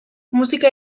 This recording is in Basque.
musika